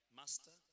master